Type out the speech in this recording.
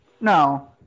No